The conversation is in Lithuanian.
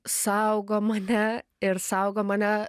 saugo mane ir saugo mane